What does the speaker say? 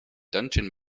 dungeon